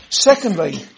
Secondly